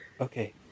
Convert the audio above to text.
Okay